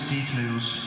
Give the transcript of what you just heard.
Details